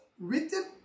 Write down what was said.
written